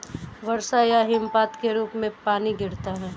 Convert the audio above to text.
वर्षा या हिमपात के रूप में पानी गिरता है